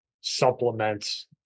supplements